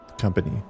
company